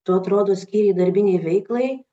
tu atrodo skyrei darbinei veiklai